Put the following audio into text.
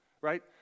right